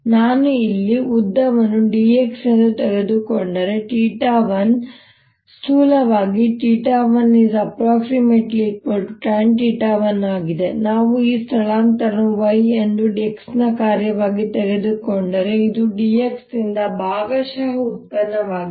ನಾನು ಇಲ್ಲಿ ಉದ್ದವನ್ನು dx ಎಂದು ತೆಗೆದುಕೊಂಡರೆ 1 ಸ್ಥೂಲವಾಗಿ 1≈tan 1 ಆಗಿದೆ ಮತ್ತು ನಾವು ಈ ಸ್ಥಳಾಂತರವನ್ನು y ಎಂದು x ನ ಕಾರ್ಯವಾಗಿ ತೆಗೆದುಕೊಂಡರೆ ಇದು dx ನಿಂದ ಭಾಗಶಃ ಉತ್ಪನ್ನವಾಗಿದೆ